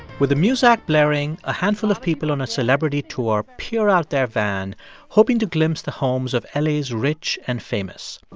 with the muzak blaring, a handful of people on a celebrity tour peer out their van hoping to glimpse the homes of la's rich and famous.